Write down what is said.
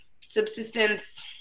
subsistence